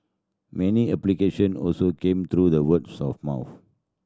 many application also came through the words of mouth